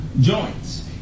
joints